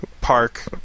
park